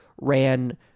ran